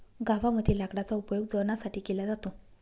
गावामध्ये लाकडाचा उपयोग जळणासाठी केला जातो